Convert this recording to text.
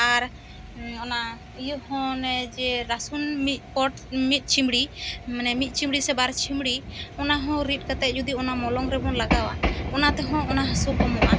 ᱟᱨ ᱚᱱᱟ ᱤᱭᱟᱹ ᱦᱚᱸ ᱡᱮ ᱨᱟᱥᱩᱱ ᱢᱤᱫ ᱯᱚᱴ ᱢᱤᱛ ᱪᱷᱤᱢᱲᱤ ᱢᱟᱱᱮ ᱢᱤᱛ ᱪᱷᱤᱢᱲᱤ ᱥᱮ ᱵᱟᱨ ᱪᱷᱤᱢᱲᱤ ᱚᱱᱟ ᱦᱚᱸ ᱨᱤᱫ ᱠᱟᱛᱮ ᱡᱩᱫᱤ ᱚᱱᱟ ᱢᱚᱞᱚᱝ ᱨᱮᱵᱚᱱ ᱞᱟᱜᱟᱣᱼᱟ ᱚᱱᱟ ᱛᱮᱦᱚ ᱚᱱᱟ ᱦᱟᱹᱥᱩ ᱠᱚᱢᱚᱜᱼᱟ